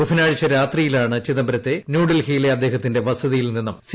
ബുധനാഴ്ച രാത്രിയിലാണ് ചിദംബരത്തെ ന്യൂഡൽഹിലെ അദ്ദേഹത്തിന്റെ വസതിയിൽ നിന്നും സി